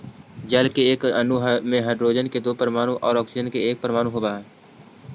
जल के एक अणु में हाइड्रोजन के दो परमाणु आउ ऑक्सीजन के एक परमाणु होवऽ हई